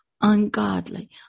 ungodly